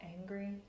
angry